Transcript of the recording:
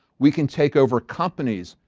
we can take over companies,